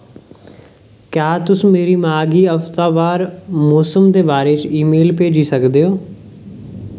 क्या तुस मेरी मां गी हफ्तावार मौसम दे बारे च ईमेल भेजी सकदे ओ